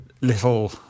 little